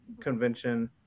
convention